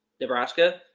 Nebraska